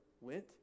went